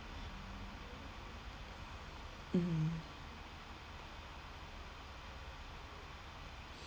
mm